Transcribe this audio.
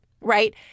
right